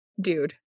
dude